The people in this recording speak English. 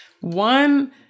one